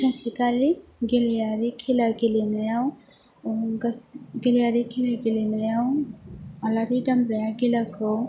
सानसेखालि गेलेयारि खेला गेलेनायाव गेलेयारि गिल गेलेनायाव आलारि दामब्राया गिलाखौ